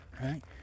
Right